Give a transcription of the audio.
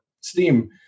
STEAM